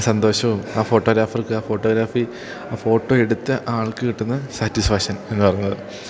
സന്തോഷവും ആ ഫോട്ടോഗ്രാഫർക്ക് ആ ഫോട്ടോഗ്രാഫി ആ ഫോട്ടോ എടുത്ത ആൾക്ക് കിട്ടുന്ന സാറ്റിസ്ഫാക്ഷൻ എന്നു പറയുന്നത്